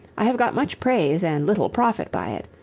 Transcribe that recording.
i have got much praise and little profit by it.